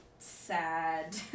sad